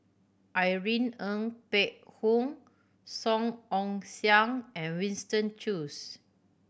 Irene Ng Phek Hoong Song Ong Siang and Winston Choos